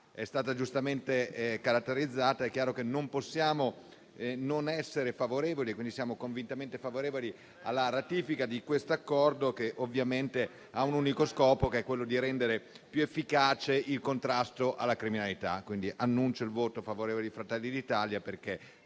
è stata giustamente caratterizzata, è chiaro che non possiamo che essere convintamente favorevoli alla ratifica di questo accordo, che ovviamente ha un unico scopo: quello di rendere più efficace il contrasto alla criminalità. Quindi, annuncio il voto favorevole di Fratelli d'Italia, perché